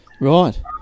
Right